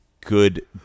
good